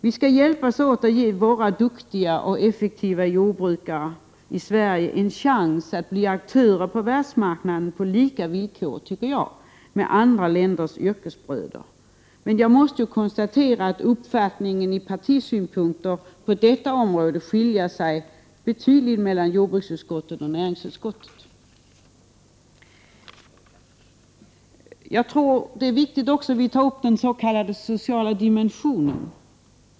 Vi skall hjälpas åt att ge våra duktiga och effektiva jordbrukare i Sverige en chans att bli aktörer på världsmarknaden på lika villkor i förhållande till andra länders yrkesbröder. Men jag måste konstatera att partisynpunkterna på detta område skiljer sig betydligt mellan jordbruksutskottet och näringsutskottet. Det är viktigt att vi också tar upp den s.k. sociala dimensionen.